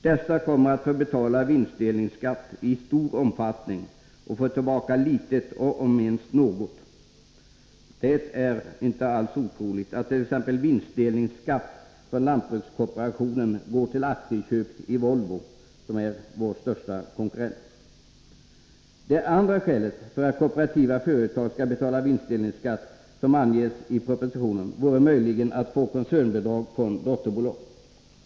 Dessa kommer att få betala vinstdelningsskatt i stor omfattning och få tillbaka litet, om ens något. Det är inte alls otroligt att t.ex. vinstdelningsskatt från lantbrukskooperationen går till aktieköp vid Volvo, som är vår största konkurrent. Andra skäl för att kooperativa företag skall betala vinstdelningsskatt som angetts i propositionen skulle vara möjligheten att få koncernbidrag från dotterbolag.